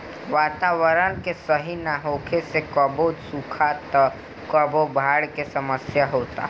वातावरण के सही ना होखे से कबो सुखा त कबो बाढ़ के समस्या होता